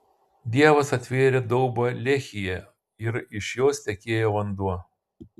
dievas atvėrė daubą lehyje ir iš jos tekėjo vanduo